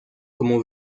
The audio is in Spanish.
como